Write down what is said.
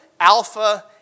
Alpha